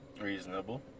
Reasonable